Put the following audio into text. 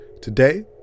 today